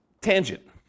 tangent